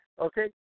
okay